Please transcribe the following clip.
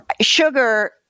Sugar